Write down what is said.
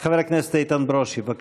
חבר הכנסת איתן ברושי, בבקשה.